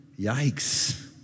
Yikes